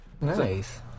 Nice